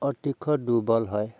অতিশয় দুৰ্বল হয়